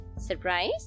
Surprise